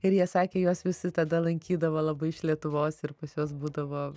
ir jie sakė juos visi tada lankydavo labai iš lietuvos ir pas juos būdavo